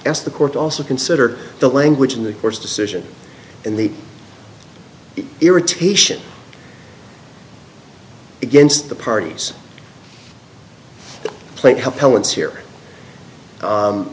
ask the court also consider the language in the court's decision in the irritation against the parties playing he